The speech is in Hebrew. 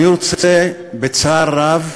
אני רוצה, בצער רב,